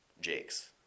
Jake's